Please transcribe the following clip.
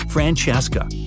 Francesca